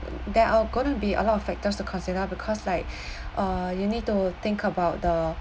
there are gonna be a lot of factors to consider because like uh you need to think about the